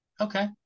Okay